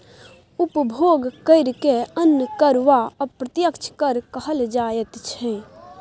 उपभोग करकेँ अन्य कर वा अप्रत्यक्ष कर कहल जाइत छै